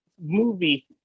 movie